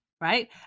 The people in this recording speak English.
Right